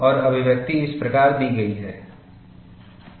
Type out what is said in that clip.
और अभिव्यक्ति इस प्रकार दी गई है